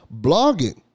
blogging